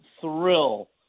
thrill